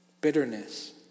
bitterness